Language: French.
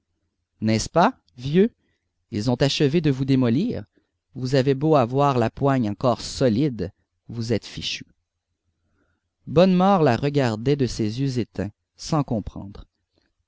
n'est-ce pas vieux ils ont achevé de vous démolir vous avez beau avoir la poigne encore solide vous êtes fichu bonnemort la regardait de ses yeux éteints sans comprendre